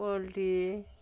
poultry